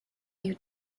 you